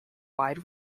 wide